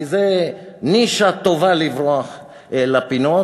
כי זו נישה טובה לברוח לפינות.